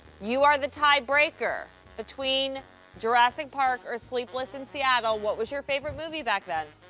you are the tiebreaker between jurassic park or sleepless in seattle. what was your favorite movie back then?